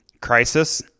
crisis